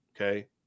Okay